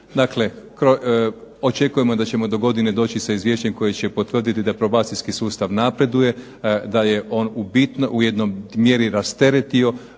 Dakle, očekujemo da ćemo dogodine doći sa izvješćem koji će potvrditi da probacijski sustav napreduje, da je on u jednoj mjeri rasteretio